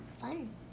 Fun